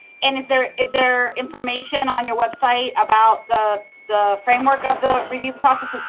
and is there is there information on your website, about the the framework of the review process, ah